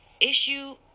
issue